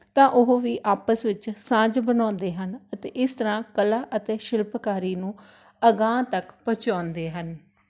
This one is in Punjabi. ਤਾਂ ਉਹ ਵੀ ਆਪਸ ਵਿੱਚ ਸਾਂਝ ਬਣਾਉਂਦੇ ਹਨ ਅਤੇ ਇਸ ਤਰ੍ਹਾਂ ਕਲਾ ਅਤੇ ਸ਼ਿਲਪਕਾਰੀ ਨੂੰ ਅਗਾਂਹ ਤੱਕ ਪਹੁੰਚਾਉਂਦੇ ਹਨ